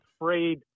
afraid